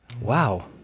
Wow